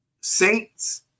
Saints